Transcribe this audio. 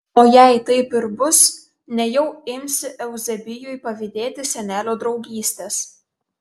o jei taip ir bus nejau imsi euzebijui pavydėti senelio draugystės